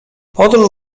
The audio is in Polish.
podróż